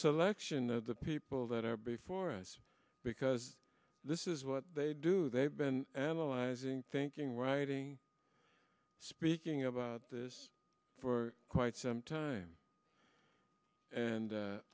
selection the people that are before us because this is what they do they've been analyzing thinking writing speaking about this for quite some time and